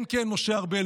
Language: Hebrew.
כן, כן, משה ארבל.